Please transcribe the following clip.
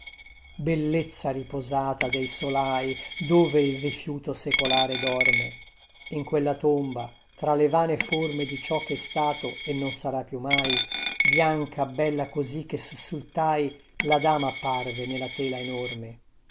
bellezza riposata dei solai dove il rifiuto secolare dorme in quella tomba tra le vane forme di ciò chè stato e non sarà più mai bianca bella così che sussultai la dama apparve nella tela enorme